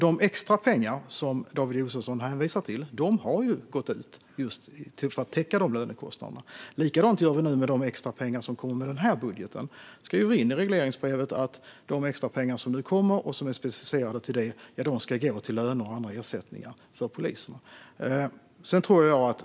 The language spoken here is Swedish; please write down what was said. De extra pengar som David Josefsson hänvisar till har gått ut just för att täcka dessa lönekostnader. Likadant gör vi nu med de extrapengar som kommer med den här budgeten. Vi skriver in i regleringsbrevet att de extrapengar som nu kommer och som är specificerade till det ska gå till löner och andra ersättningar.